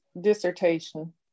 dissertation